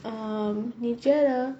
um 你觉得